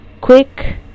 quick